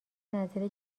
نظر